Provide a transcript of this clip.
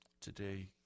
Today